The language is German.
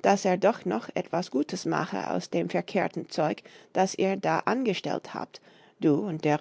daß er doch noch etwas gutes mache aus dem verkehrten zeug das ihr da angestellt habt du und der